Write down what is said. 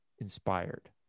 inspired